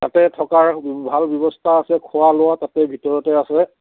তাতে থকাৰ ভাল ব্যৱস্থা আছে খোৱা লোৱা তাতে ভিতৰতে আছে